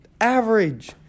average